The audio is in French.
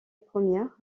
première